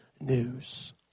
news